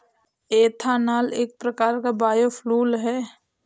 ethanol एक प्रकार का बायोफ्यूल है